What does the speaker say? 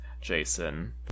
jason